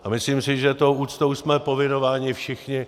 A myslím si, že tou úctou jsme povinováni všichni.